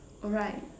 oh right